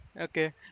Okay